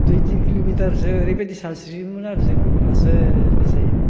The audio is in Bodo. दुइ थिन किल'मिटारसो ओरैबायदि सानस्रियोमोन आरो जों लासै लासै